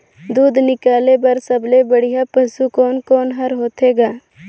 दूध निकाले बर सबले बढ़िया पशु कोन कोन हर होथे ग?